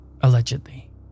Allegedly